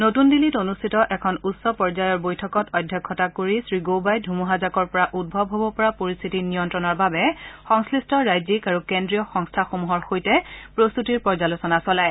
নতুন দিল্লীত অনুষ্ঠিত এখন উচ্চ পৰ্যায়ৰ বৈঠকত অধ্যক্ষতা কৰি শ্ৰীগৌবাই ধুমুহা জাকৰ পৰা উদ্ভৱ হব পৰা পৰিস্থিতি নিয়ন্ত্ৰণৰ বাবে সংশ্লিষ্ট ৰাজ্যিক আৰু কেন্দ্ৰীয় সংস্থাসমূহে প্ৰস্তুতিৰ পৰ্যালোচনা চলায়